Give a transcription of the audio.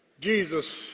Jesus